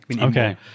Okay